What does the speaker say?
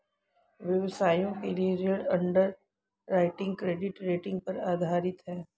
व्यवसायों के लिए ऋण अंडरराइटिंग क्रेडिट रेटिंग पर आधारित है